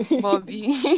Bobby